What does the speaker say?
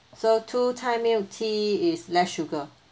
so two thai milk tea is less sugar